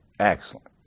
excellent